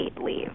leave